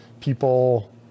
people